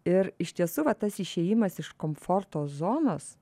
ir iš tiesų va tas išėjimas iš komforto zonos